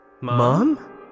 Mom